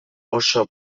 oso